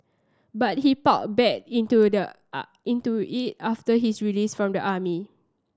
but he back into the a into it after his release from the army